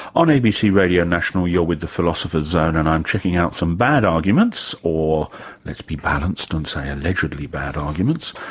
on abc radio national you're with the philosopher's zone and i'm checking out some bad arguments, or let's be balanced and say and allegedly bad arguments,